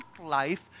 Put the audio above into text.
life